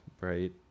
Right